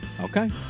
Okay